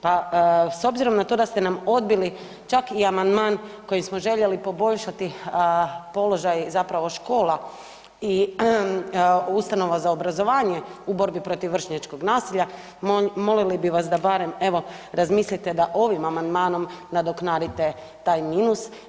Pa s obzirom na to da ste nam odbili čak i amandman kojim smo željeli poboljšati položaj zapravo škola i ustanova za obrazovanje u borbi protiv vršnjačkog nasilja, molili bi vas da barem evo, razmislite da ovim amandmanom nadoknadite taj minus.